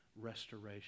restoration